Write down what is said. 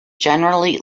generally